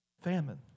Famine